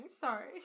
Sorry